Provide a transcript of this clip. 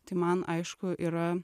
tai man aišku yra